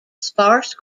sparse